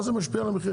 מה זה משפיע על המחיר?